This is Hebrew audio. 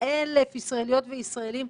אלף ישראליות וישראליים,